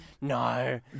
no